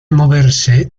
moverse